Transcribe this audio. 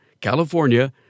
California